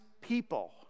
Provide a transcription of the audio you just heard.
people